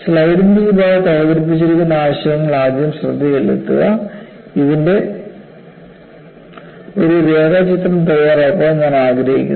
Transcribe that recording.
സ്ലൈഡിന്റെ ഈ ഭാഗത്ത് അവതരിപ്പിച്ചിരിക്കുന്ന ആശയങ്ങളിൽ ആദ്യം ശ്രദ്ധ ചെലുത്തുക ഇതിന്റെ ഒരു രേഖാചിത്രം തയ്യാറാക്കാൻ ഞാൻ ആഗ്രഹിക്കുന്നു